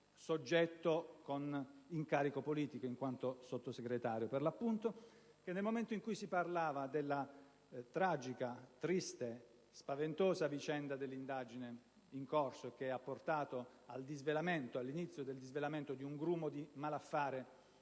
soggetto con incarico politico in quanto sottosegretario, per l'appunto. Nel momento in cui si parlava della tragica, triste, spaventosa vicenda dell'indagine in corso che ha portato all'inizio del disvelamento di un grumo di malaffare